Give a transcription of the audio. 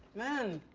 man.